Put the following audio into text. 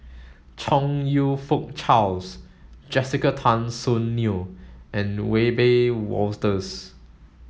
Chong You Fook Charles Jessica Tan Soon Neo and Wiebe Wolters